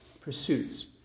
pursuits